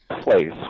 place